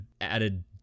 added